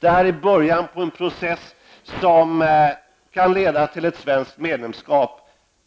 Det här är början på en process som kan leda till ett svenskt medlemskap